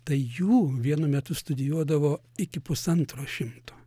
tai jų vienu metu studijuodavo iki pusantro šimto